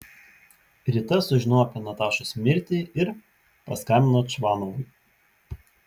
rita sužinojo apie natašos mirtį ir paskambino čvanovui